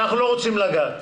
שאנחנו לא רוצים לגעת.